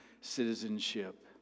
citizenship